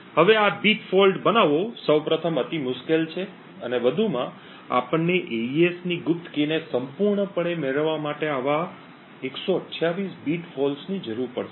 હવે આ bit fault બનાવવો સૌ પ્રથમ અતિ મુશ્કેલ છે અને વધુમાં આપણને એઇએસની ગુપ્ત કીને સંપૂર્ણપણે મેળવવા માટે આવા 128 બીટ falls ની જરૂર પડશે